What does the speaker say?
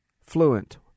fluent